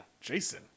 Jason